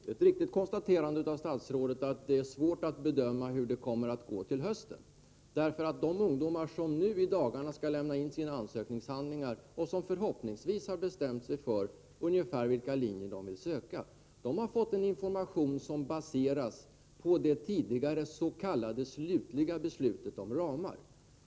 Herr talman! Det är ett riktigt konstaterande av statsrådet att det är svårt att bedöma hur det kommer att gå till hösten. De ungdomar som nu i dagarna skall lämna in sina ansökningshandlingar och som förhoppningsvis bestämt sig för ungefär vilka linjer de vill söka har fått en information som baseras på det tidigare s.k. slutliga beslutet om ramar.